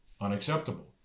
unacceptable